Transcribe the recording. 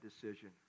decision